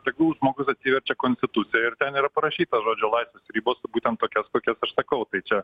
tegul žmogus atsiverčia konstituciją ir ten yra parašyta žodžio laisvės ribos būtent tokias kokias aš sakau tai čia